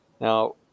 Now